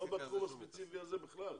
לא בתחום הספציפי הזה בכלל.